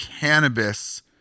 cannabis